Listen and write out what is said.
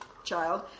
child